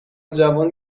جوان